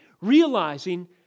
realizing